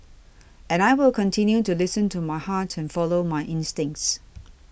and I will continue to listen to my heart and follow my instincts